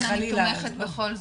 עדין אני תומכת בכל זאת,